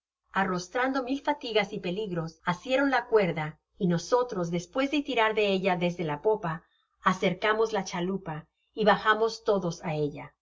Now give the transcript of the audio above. arrostrando mil fatigas y peligros asieron la cuerda y nosotros despues de tirar de ella desde la popa acercamos la chalupa y bajamos todos á ella